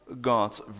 God's